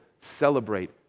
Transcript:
celebrate